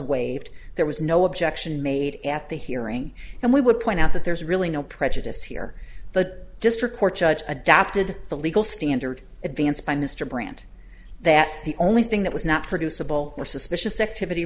waived there was no objection made at the hearing and we would point out that there's really no prejudice here the district court judge adopted the legal standard advanced by mr brandt that the only thing that was not producible were suspicious activity